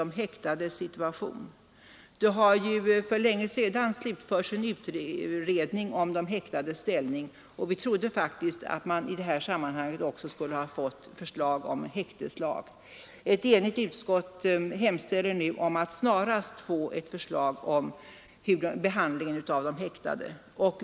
En utredning om de häktades ställning har för länge sedan slutförts, och vi trodde faktiskt att vi i det här sammanhanget skulle ha fått ett förslag om en häkteslag. Ett enigt utskott hemställer nu om att snarast få ett förslag om behandlingen av de häktade.